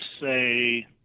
say